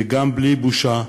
וגם, בלי בושה,